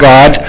God